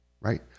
right